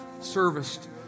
serviced